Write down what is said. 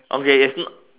okay it's